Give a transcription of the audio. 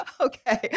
Okay